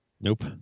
nope